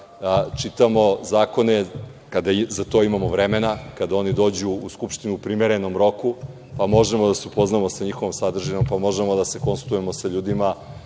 čitamo zakone kada za to imamo vremena, kada oni dođu u Skupštinu u primerenom roku, pa možemo da se upoznamo sa njihovom sadržinom, pa možemo da se konsultujemo sa ljudima